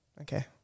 Okay